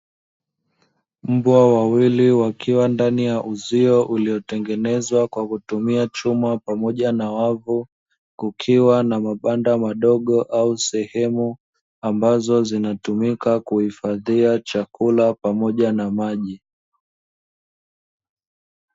Mbwa wawili wakiwa ndani ya uzio uliotengenezwa kwa kutumia chuma pamoja na wavu, kukiwa na mabanda madogo au sehemu ambazo zinatumika kuhifadhia chakula pamoja na maji.